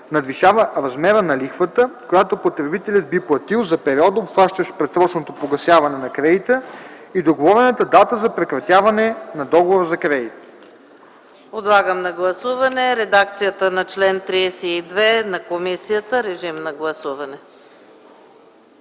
надвишава размера на лихвата, която потребителят би платил за периода, обхващащ предсрочното погасяване на кредита и договорената дата за прекратяване на договора за кредит.”